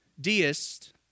Deist